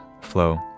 flow